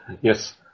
Yes